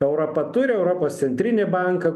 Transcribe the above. europa turi europos centrinį banką